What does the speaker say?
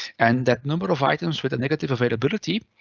and that number of items with a negative availability,